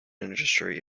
industry